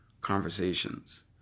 conversations